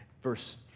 Verse